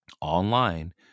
online